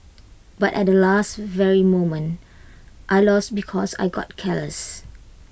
but at last very moment I lost because I got careless